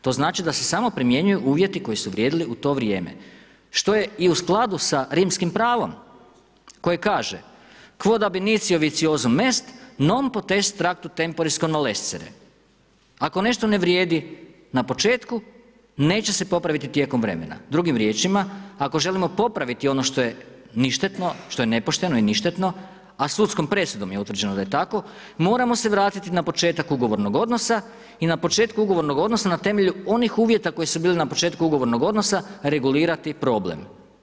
To znači da se samo primjenjuju uvjeti koji su vrijedili u to vrijeme, što je i u skladu sa rimskim pravom koje kaže: „Quod initio vitiosum est, non potest tractu temptoris convalescere“, „Ako nešto ne vrijedi na početku, neće se popraviti tijekom vremena“, drugim riječima, ako želimo popraviti ono što je ništetno, što je nepošteno i ništetno, a sudskom presudom je utvrđeno da je tako moramo se vratiti na početak ugovornog odnosa i na početku ugovornog odnosa na temelju onih uvjeta koji su bili na početku ugovornog odnosa regulirati problem.